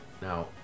Now